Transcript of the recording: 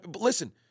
Listen